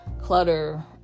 Clutter